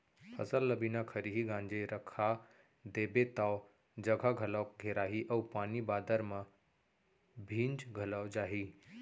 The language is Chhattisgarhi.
फसल ल बिना खरही गांजे रखा देबे तौ जघा घलौ घेराही अउ पानी बादर म भींज घलौ जाही